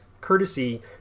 courtesy